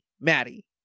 maddie